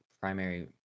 primary